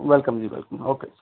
welcome ਜੀ welcome okay ਜੀ